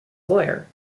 lawyer